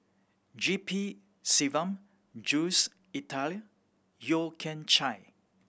G P Selvam Jules Itier Yeo Kian Chai